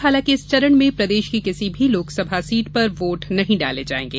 हालांकि इस चरण में प्रदेश की किसी भी लोकसभा सीट पर वोट नहीं डाले जायेंगे